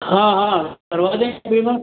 हाँ हाँ करवा देंगे बीमा